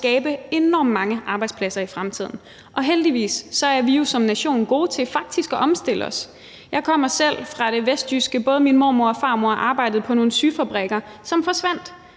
at skabe enormt mange arbejdspladser i fremtiden. Og heldigvis er vi jo som nation gode til faktisk at omstille os. Jeg kommer selv fra det vestjyske; både min mormor og min farmor arbejdede på nogle syfabrikker, som forsvandt.